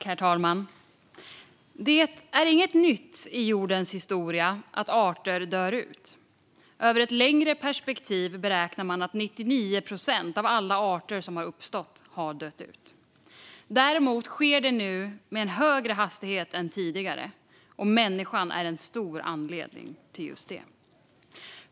Herr talman! Det är inget nytt i jordens historia att arter dör ut; i ett längre perspektiv beräknar man att 99 procent av alla arter som har uppstått har dött ut. Däremot sker det nu med en högre hastighet än tidigare, och människan är en stor anledning till det.